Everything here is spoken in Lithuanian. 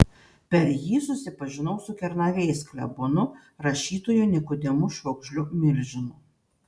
per jį susipažinau su kernavės klebonu rašytoju nikodemu švogžliu milžinu